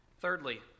Thirdly